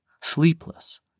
sleepless